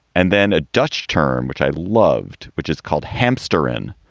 and then a dutch term, which i loved, which is called hampster n,